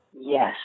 Yes